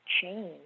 change